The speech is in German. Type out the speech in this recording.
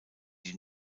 die